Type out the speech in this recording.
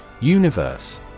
Universe